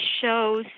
shows